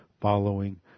following